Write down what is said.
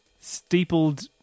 Steepled